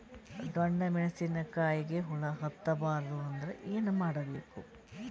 ಡೊಣ್ಣ ಮೆಣಸಿನ ಕಾಯಿಗ ಹುಳ ಹತ್ತ ಬಾರದು ಅಂದರ ಏನ ಮಾಡಬೇಕು?